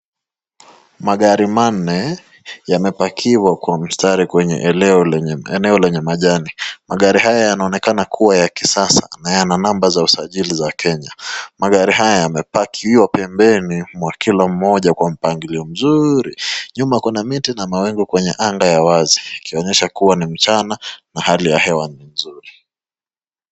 Magari manne yameparkiwa kwa mstari kwenye eneo lenye majani. Magari haya yanaonekana kuwa ya kisasa na yana namba za usajili za Kenya. Magari haya yameparkiwa pembeni mwa kila mmoja kwa mpangilio mzuri. Nyuma kuna miti na mawingu kwenye anga ya wazi ikionyesha kuwa ni mchana na hali ya hewa ni nzuri.